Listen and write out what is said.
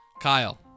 Kyle